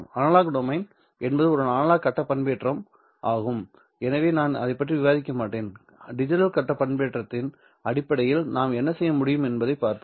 analogue domain என்பது ஒரு analogue கட்ட பண்பேற்றம் ஆகும் எனவே நான் அதைப் பற்றி விவாதிக்க மாட்டேன் டிஜிட்டல் கட்ட பண்பேற்றத்தின் அடிப்படையில் நாம் என்ன செய்ய முடியும் என்பதைப் பார்ப்போம்